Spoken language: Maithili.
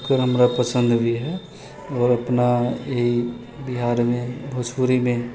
ओकर हमरा पसन्द भी है आओर अपना ई बिहारमे भोजपुरीमे